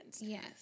Yes